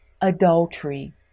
adultery